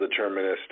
deterministic